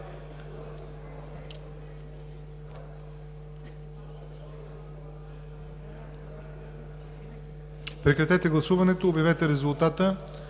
Прекратете гласуването и обявете резултата.